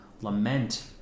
lament